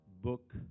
book